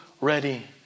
ready